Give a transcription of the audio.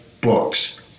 books